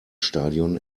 stadion